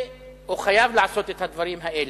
חייב לעשות את הדברים האלה.